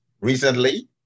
recently